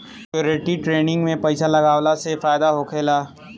security trading में पइसा लगावला से फायदा होखेला